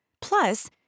Plus